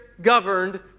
governed